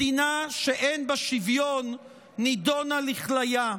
מדינה שאין בה שוויון נידונה לכליה.